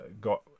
got